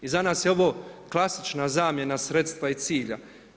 I za nas je ovo klasična zamjena sredstva i cilja.